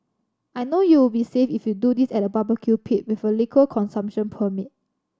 I know you'll be safe if you do this at a barbecue pit with a liquor consumption permit